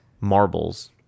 Marbles